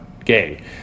Gay